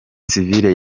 sivile